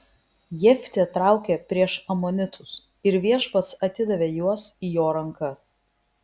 jeftė traukė prieš amonitus ir viešpats atidavė juos į jo rankas